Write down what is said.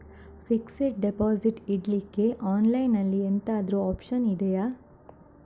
Fixed deposit ಇಡ್ಲಿಕ್ಕೆ online ಅಲ್ಲಿ ಎಂತಾದ್ರೂ ಒಪ್ಶನ್ ಇದ್ಯಾ?